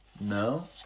No